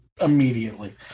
immediately